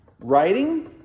writing